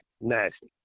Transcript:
nasty